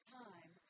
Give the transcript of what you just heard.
time